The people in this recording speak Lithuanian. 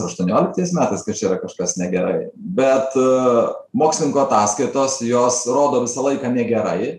aštuonioliktais metais kad čia yra kažkas negerai bet mokslininkų ataskaitos jos rodo visą laiką negerai